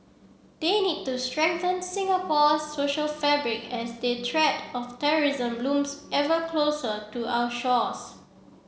they need to strengthen Singapore's social fabric as they threat of terrorism looms ever closer to our shores